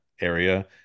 area